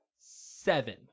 seven